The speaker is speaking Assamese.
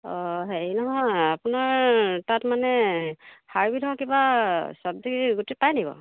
অঁ হেৰি নহয় আপোনাৰ তাত মানে হাইব্ৰিডৰ কিবা চব্জি গুটি পাইনি বাৰু